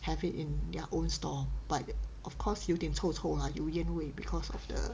have it in their own store but of course 有一点臭臭啦有烟味 because of the